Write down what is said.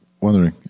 wondering